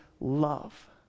love